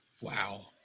Wow